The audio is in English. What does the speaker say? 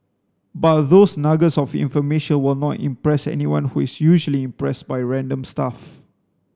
but those nuggets of information will not impress anyone who is usually impressed by random stuff